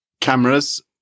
Cameras